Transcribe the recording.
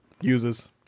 uses